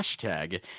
hashtag